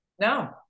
No